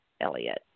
Elliot